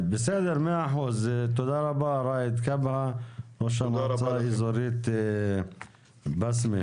תודה רבה, ראאד כבהא, ראש המועצה האזורית בסמה.